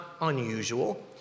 unusual